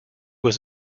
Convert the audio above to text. was